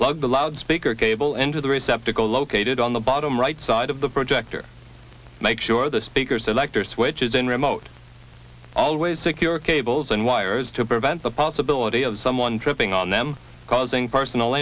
plug the loud speaker cable into the receptacle located on the bottom right side of the projector make sure the speakers elector's which is in remote always secure cables and wires to prevent the possibility of someone tripping on them causing personal